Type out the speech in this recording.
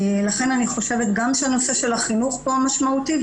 לכן אני חושבת שהנושא של החינוך פה משמעותי,